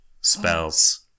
spells